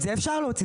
את זה אפשר להוציא,